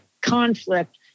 conflict